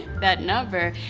that number,